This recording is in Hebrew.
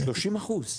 שלושים אחוז.